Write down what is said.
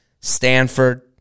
Stanford